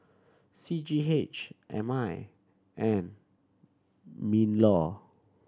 C G H M I and MinLaw